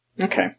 Okay